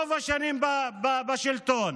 בשלטון.